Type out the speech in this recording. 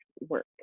work